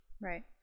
Right